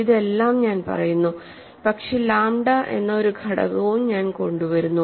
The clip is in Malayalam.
ഇതെല്ലാം ഞാൻ പറയുന്നു പക്ഷേ ലാംഡ എന്ന ഒരു ഘടകവും ഞാൻ കൊണ്ടുവരുന്നു